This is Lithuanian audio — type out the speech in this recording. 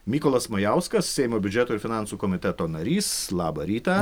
mykolas majauskas seimo biudžeto ir finansų komiteto narys labą rytą